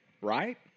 right